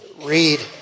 read